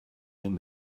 egin